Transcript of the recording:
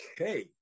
Okay